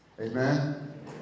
Amen